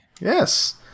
Yes